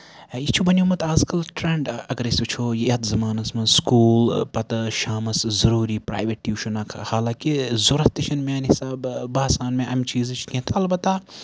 یہِ چھُ بَنیومُت آز کَل ٹرینڈ اَگر أسۍ وٕچھو یَتھ زَمانَس منٛز سکوٗل پَتہٕ شامَس ضروٗری پریویٹ ٹوٗشن اکھ حالانکہِ ضوٚرتھ تہِ چھنہٕ میٲنہِ حِسابہٕ باسان مےٚ امہِ چیٖزٕچ کیٚنہہ تہٕ اَلبتہ